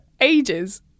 ages